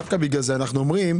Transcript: דווקא בגלל זה אנחנו אומרים,